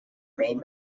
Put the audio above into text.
main